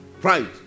Pride